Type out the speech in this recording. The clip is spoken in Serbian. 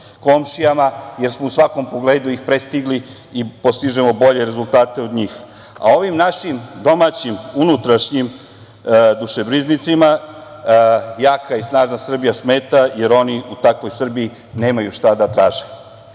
komšijama jer smo ih u svakom pogledu prestigli i postižemo bolje rezultate od njih, a ovim našim domaćim unutrašnjim dušebrižnicima jaka i snažna Srbija smeta jer oni u takvoj Srbiji nemaju šta da traže.I